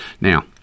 Now